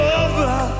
over